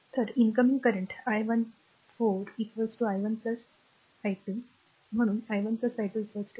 तर incoming current i 1 4 i 1 i2 म्हणून i 1 i2 4